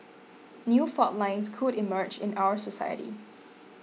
new fault lines could emerge in our society